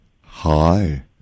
Hi